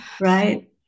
right